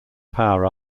power